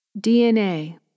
DNA